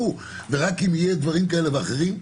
ורק אם יהיו דברים כאלה ואחרים?